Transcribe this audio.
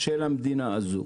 של המדינה הזאת.